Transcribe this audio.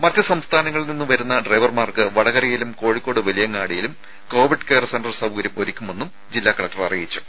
മറ്റു സംസ്ഥാനങ്ങളിൽ നിന്നും വരുന്ന ഡ്രൈവർമാർക്ക് വടകരയിലും കോഴിക്കോട് വലിയങ്ങാടിയിലും കോവിഡ് കെയർ സെന്റർ സൌകര്യമൊരുക്കുമെന്നും ജില്ലാ കലക്ടർ അറിയിച്ചു